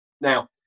Now